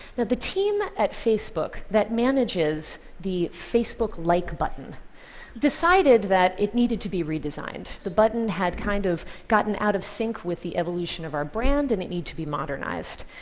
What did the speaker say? the the team at facebook that manages the facebook like button decided that it needed to be redesigned. the button had kind of gotten out of sync with the evolution of our brand and it needed to be modernized.